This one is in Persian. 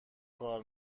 کار